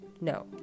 No